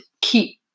keep